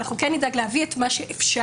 אנחנו כן נדאג להביא את מה שאפשר,